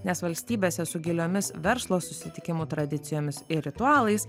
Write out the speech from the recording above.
nes valstybėse su giliomis verslo susitikimų tradicijomis ir ritualais